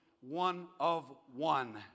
one-of-one